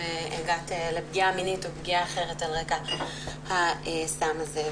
והגעת לפגיעה מינית או פגיעה אחרת על רקע הסם הזה.